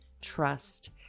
trust